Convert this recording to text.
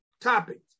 topics